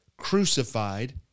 crucified